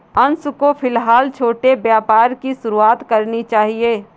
अंशु को फिलहाल छोटे व्यापार की शुरुआत करनी चाहिए